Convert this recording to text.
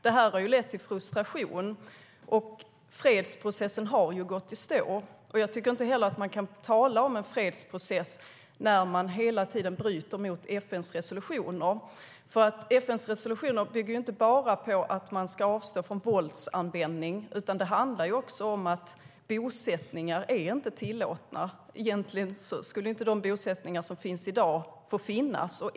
Det har lett till frustration, och fredsprocessen har gått i stå. Man kan inte heller tala om en fredsprocess när det hela tiden bryts mot FN:s resolutioner. FN:s resolutioner bygger inte bara på att man ska avstå från våldsanvändning, utan det handlar också om att bosättningar inte är tillåtna. Egentligen skulle de bosättningar som finns i dag inte få finnas.